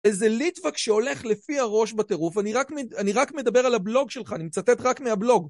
איזה ליטווק שהולך לפי הראש בטירוף, אני רק מדבר על הבלוג שלך, אני מצטט רק מהבלוג.